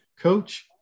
coach